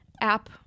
app